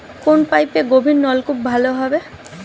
কোন পাইপে গভিরনলকুপ ভালো হবে?